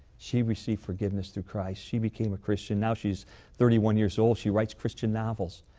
she received forgiveness through christ, she became a christian. now she is thirty one years old she writes christian novels.